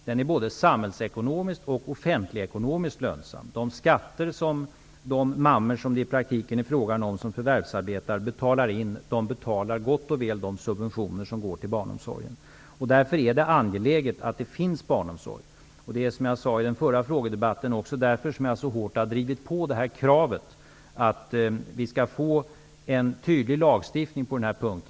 Den är både samhällsekonomiskt och offentligekonomiskt lönsam. De skatter som de mammor, som det i praktiken är frågan om, som förvärvsarbetar betalar in, betalar gott och väl de subventioner som går till barnomsorgen. Därför är det angeläget att det finns barnomsorg. Det är också därför, som jag sade i den förra frågedebatten, som jag så hårt har drivit på kravet att vi skall få en tydlig lagstiftning på den här punkten.